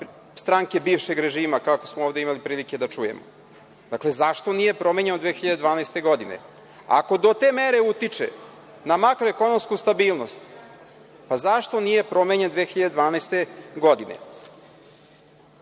stranka bivšeg režima, kako smo ovde imali prilike da čujemo. Zašto nije promenjen od 2012. godine? Ako do te mere utiče na makroekonomsku stabilnost, zašto nije promenjen 2012. godine? Dalje,